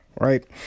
right